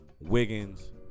Wiggins